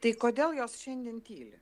tai kodėl jos šiandien tyli